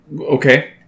Okay